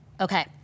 Okay